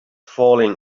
falling